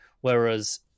Whereas